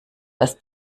das